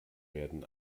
werden